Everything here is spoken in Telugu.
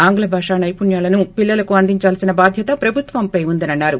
ఆంగ్ల భాష నైపుణ్యాలను పిల్లలకు అందించాల్సిన బాధ్యత ప్రభుత్వంపై ఉందని అన్నారు